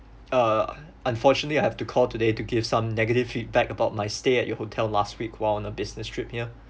uh unfortunately I have to call today to give some negative feedback about my stay at your hotel last week while on a business trip here